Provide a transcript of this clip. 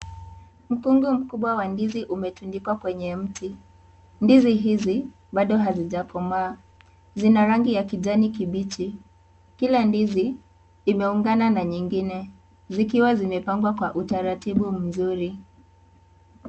Mkungu mkubwa wa ndizi umetundikwa kwenye mti, ndizi hizi bado hazijakoma zina rangi ya kijani kipichi kila ndizi imeungana na nyingine zikiwa zimepangwa Kwa utaratibu mzurii.